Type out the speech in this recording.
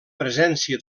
presència